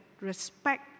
respect